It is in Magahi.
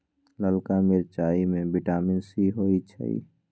ललका मिरचाई में विटामिन सी होइ छइ